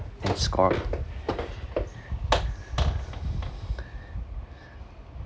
and score